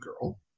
Girl